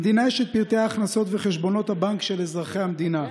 למדינה יש את פרטי ההכנסות וחשבונות הבנק של אזרחי המדינה.